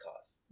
cost